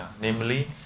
namely